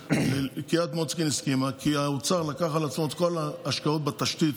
קריית מוצקין הסכימה כי האוצר לקח על עצמו את כל ההשקעות בתשתית